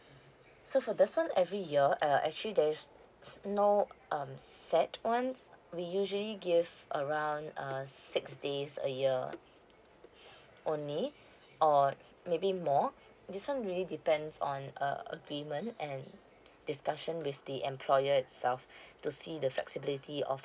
so for this one every year uh actually there's no um set one we usually give around uh six days a year only or maybe more this one really depends on uh agreement and discussion with the employer itself to see the flexibility of